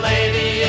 Lady